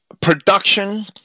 production